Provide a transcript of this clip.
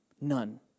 None